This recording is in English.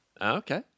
okay